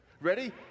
Ready